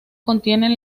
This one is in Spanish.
contienen